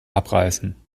abreißen